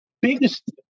biggest